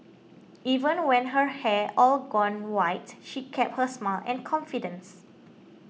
even when her hair all gone white she kept her smile and confidence